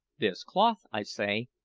this cloth, i say,